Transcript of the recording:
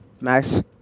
Max